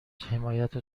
حمایت